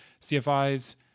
CFIs